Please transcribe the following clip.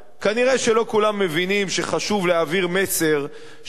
כנראה לא כולם מבינים שחשוב להעביר מסר שמי